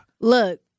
Look